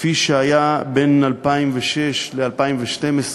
כפי שהיה בין 2006 ל-2012,